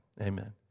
amen